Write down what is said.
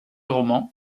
roman